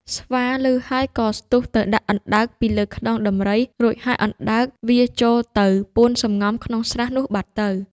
ស្វាឮហើយក៏ស្ទុះទៅដាក់អណ្ដើកពីលើខ្នងដំរី រួចហើយអណ្ដើកវារចូលទៅពួនសម្ងំក្នុងស្រះនោះបាត់ទៅ។